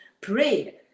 pray